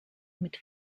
mit